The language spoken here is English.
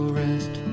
rest